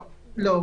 לא.